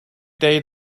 day